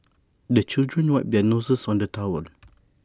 the children wipe their noses on the towel